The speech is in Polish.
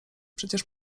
przecież